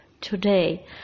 Today